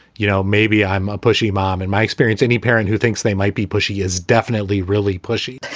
you know, maybe i'm a pushy mom. in my experience, any parent who thinks they might be pushy is definitely really pushy.